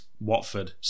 Watford